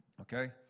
Okay